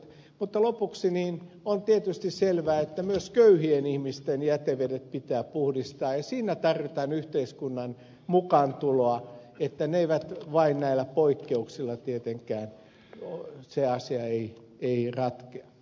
mutta lopuksi on tietysti selvä että myös köyhien ihmisten jätevedet pitää puhdistaa ja siinä tarvitaan yhteiskunnan mukaantuloa eikä se näillä poikkeuksilla tietenkään ratkea